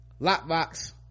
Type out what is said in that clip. Lockbox